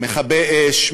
מכבי אש,